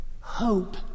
hope